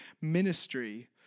ministry